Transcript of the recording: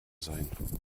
sein